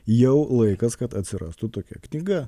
jau laikas kad atsirastų tokia knyga